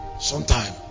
Sometime